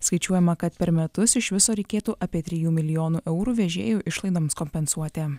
skaičiuojama kad per metus iš viso reikėtų apie trijų milijonų eurų vežėjų išlaidoms kompensuoti